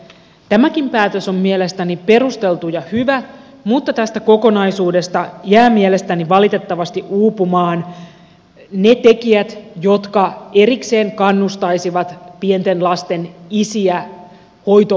tämäkin päätös on mielestäni perusteltu ja hyvä mutta tästä kokonaisuudesta jää mielestäni valitettavasti uupumaan ne tekijät jotka erikseen kannustaisivat pienten lasten isiä hoitovastuuseen